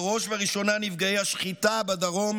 בראש ובראשונה נפגעי השחיטה בדרום